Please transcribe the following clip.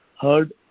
heard